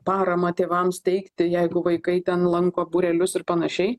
paramą tėvams teikti jeigu vaikai ten lanko būrelius ir panašiai